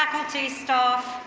faculty, staff,